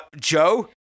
Joe